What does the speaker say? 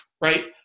Right